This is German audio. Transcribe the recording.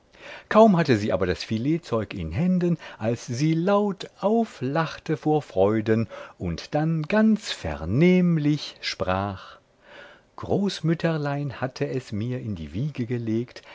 kaum hatte sie aber das filetzeug in händen als sie laut auflachte vor freuden und dann ganz vernehmlich sprach großmütterlein hatte es mir in die wiege gelegt